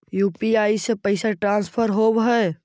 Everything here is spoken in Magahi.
यु.पी.आई से पैसा ट्रांसफर होवहै?